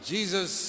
Jesus